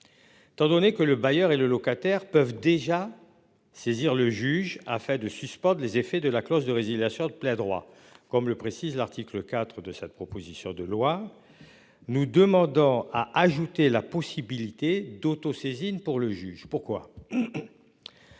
Étant donné que le bailleur et le locataire peuvent déjà. Saisir le juge a fait de suspendre les effets de la clause de résiliation de plein droit, comme le précise l'article 4 de cette proposition de loi. Nous demandons à ajouter la possibilité d'auto-saisine pour le juge. Pourquoi.